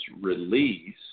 release